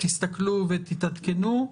תסתכלו ותתעדכנו.